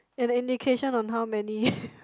an indication on how many